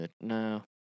No